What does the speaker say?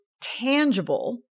tangible